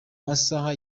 masaha